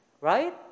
Right